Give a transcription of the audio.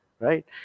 right